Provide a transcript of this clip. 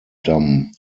damm